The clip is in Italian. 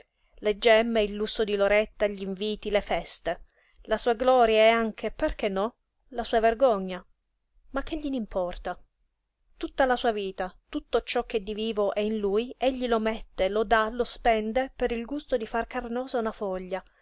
le gemme il lusso di loretta gl'inviti le feste la sua gloria e anche perché no la sua vergogna ma che glien'importa tutta la sua vita tutto ciò che di vivo è in lui egli lo mette lo dà lo spende per il gusto di far carnosa una foglia